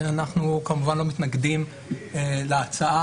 אנחנו כמובן לא מתנגדים לשינויים בחוק,